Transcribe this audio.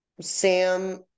sam